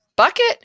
bucket